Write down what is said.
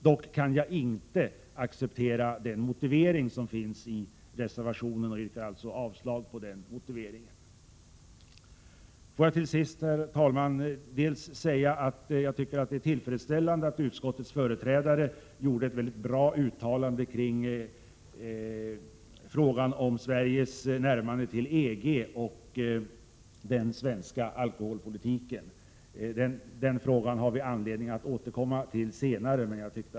Dock kan jag inte acceptera den motivering som finns i reservationen och yrkar alltså avslag på den motiveringen. Låt mig till sist, herr talman, säga att jag tycker att det är tillfredsställande att utskottets företrädare gjorde ett väldigt bra uttalande kring frågan om Sveriges närmande till EG och den svenska alkoholpolitiken. Den frågan har vi anledning att återkomma till senare.